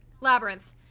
Labyrinth